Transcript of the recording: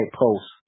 post